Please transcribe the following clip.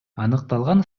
аныкталган